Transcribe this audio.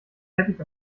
teppich